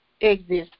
Exist